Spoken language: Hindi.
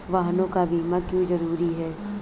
वाहनों का बीमा क्यो जरूरी है?